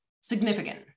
significant